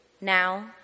now